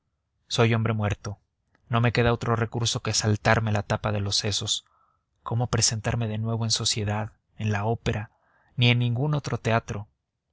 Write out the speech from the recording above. soy hombre muerto no me queda otro recurso que saltarme la tapa de los sesos cómo presentarme de nuevo en sociedad en la opera ni en ningún otro teatro